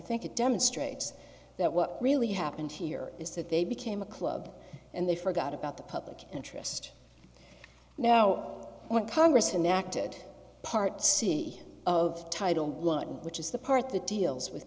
think it demonstrates that what really happened here is that they became a club and they forgot about the public interest now when congress enacted part c of title one which is the part that deals with